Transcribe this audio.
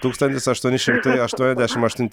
tūkstantis aštuoni šimtai aštuoniasdešim aštun